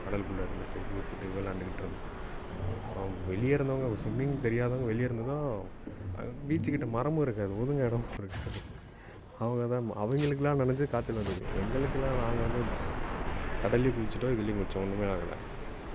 கடலுக்குள்ளே இருந்துகிட்டு குதிச்சுட்டு விளாண்டுக்கிட்டு இருந்தோம் வெளியே இருந்தவங்க சும்மிங் தெரியாதவங்க வெளியே இருந்ததும் பீச்சு கிட்டே மரமும் இருக்காது ஒதுங்க இடமும் இருக்காது அவங்க தான் அவங்களுக்குல்லாம் நனைஞ்சு காய்ச்சல் வந்தது எங்களுக்கெல்லாம் நாங்கள் வந்து கடலிலே குளிச்சுட்டோம் இதுலேயும் குளித்தோம் ஒன்றுமே ஆகலை